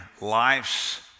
life's